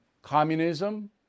Communism